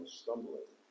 stumbling